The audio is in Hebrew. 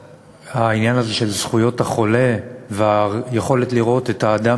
שהעניין הזה של זכויות החולה והיכולת לראות את האדם